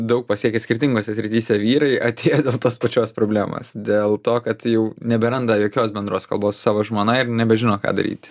daug pasiekę skirtingose srityse vyrai atėjo dėl tos pačios problemos dėl to kad jau neberanda jokios bendros kalbos su savo žmona ir nebežino ką daryti